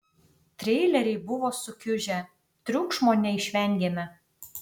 treileriai buvo sukiužę triukšmo neišvengėme